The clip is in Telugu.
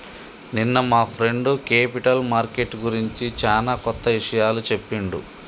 నిన్న మా ఫ్రెండు క్యేపిటల్ మార్కెట్ గురించి చానా కొత్త ఇషయాలు చెప్పిండు